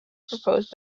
proposed